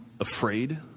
afraid